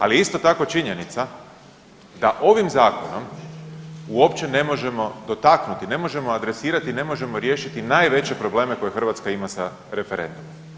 Ali je isto tako činjenica da ovim zakonom uopće ne možemo dotaknuti, ne možemo adresirati i ne možemo riješiti najveće probleme koje Hrvatska ima s referendumom.